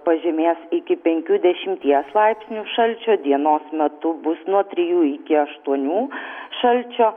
pažemės iki penkių dešimties laipsnių šalčio dienos metu bus nuo trijų iki aštuonių šalčio